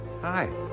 Hi